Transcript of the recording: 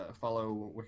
follow